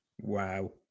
Wow